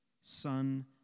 son